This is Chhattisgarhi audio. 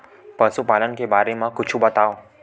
पशुपालन के बारे मा कुछु बतावव?